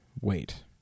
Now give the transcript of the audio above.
wait